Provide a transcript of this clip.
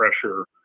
pressure